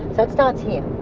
but starts here.